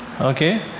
Okay